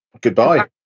Goodbye